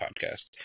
Podcast